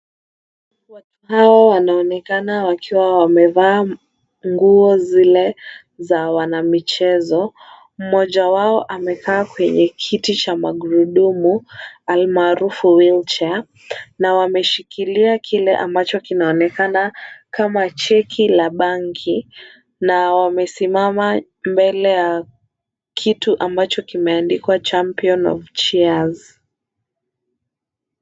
Watu hawa wanaonekana wakiwa wamevaa nguo zile za wanamichezo. Mmoja wao amekaa kwenye kiti cha magurudumu almaarufu wheelchair na wameshikilia kile ambacho kinaonekana kama cheki la benki na wamesimama mbele ya kitu ambacho kimeandikwa champion of cheers .